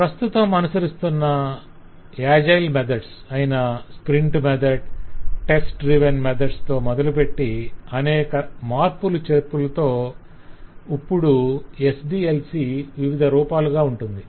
ప్రస్తుతం అనుసరిస్తున్న agile methods అయిన sprint method test driven methods తో మొదలుపెట్టి అనేక మార్పులు చేర్పులతో ఇప్పడు SDLC వివిధ రూపాలుగా ఉంటుంది